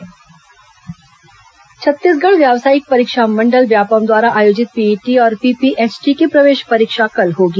PET PPHT परीक्षा छत्तीसगढ़ व्यावसायिक परीक्षा मंडल व्यापमं द्वारा आयोजित पीईटी और पीपीएचटी की प्रवेश परीक्षा कल होगी